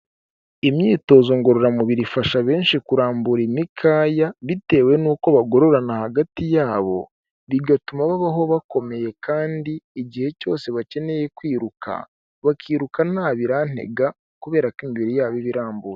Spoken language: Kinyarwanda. Imyitozo ngororamubiri ifasha benshi kurambura imikaya bitewe n'uko bagororana hagati yabo, bigatuma babaho bakomeye kandi igihe cyose bakeneye kwiruka bakiruka nta birantega kubera ko imibiri yabo iba irambuye.